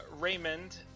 Raymond